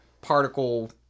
particle